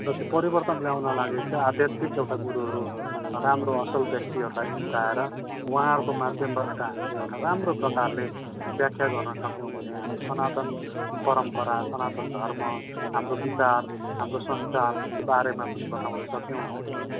र त्यो परिवर्तन ल्याउन लागि चाहिँ आध्यात्मिक एउटा गुरुहरू राम्रो असल व्यक्तिहरूलाई निम्त्याएर उहाँहरूको माध्यमबाट हामीले एउटा राम्रो प्रकारले व्याख्या गर्न सक्यौँ भने हाम्रो सनातन परम्परा सनातन धर्म हाम्रो विचार हाम्रो संस्कारहरूको बारेमा पनि बताउन सक्यौँ भनेदेखि